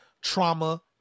trauma